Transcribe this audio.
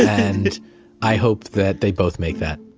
and i hope that they both make that